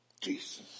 Jesus